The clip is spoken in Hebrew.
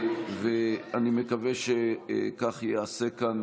ואני מקווה שכך ייעשה כאן.